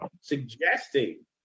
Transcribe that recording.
suggesting